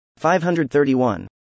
531